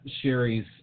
Sherry's